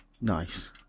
Nice